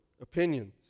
opinions